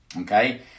okay